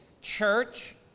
Church